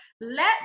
Let